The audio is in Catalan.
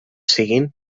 siguin